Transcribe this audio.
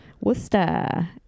Worcester